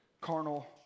carnal